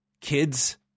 kids